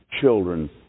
children